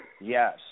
Yes